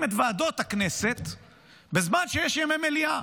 את ועדות הכנסת בזמן שיש ימי מליאה.